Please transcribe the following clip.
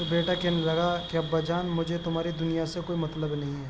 تو بیٹا کہنے لگا کہ ابا جان مجھے تمہاری دنیا سے کوئی مطلب نہیں ہے